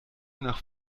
nach